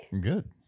good